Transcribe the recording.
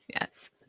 Yes